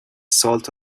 salt